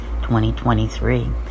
2023